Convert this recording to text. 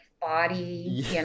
body